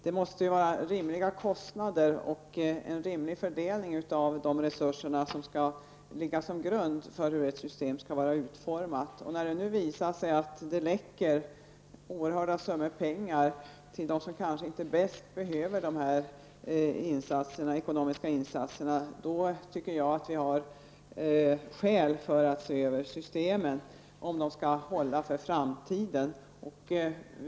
Det måste vara rimliga kostnader och en rimlig fördelning av de resurser som skall ligga till grund för utformningen av ett system. När det nu visat sig att det läcker oerhörda summor pengar till dem som kanske inte bäst behöver de ekonomiska insatserna, tycker jag att vi har skäl att se över systemen, om de skall kunna hålla för framtiden.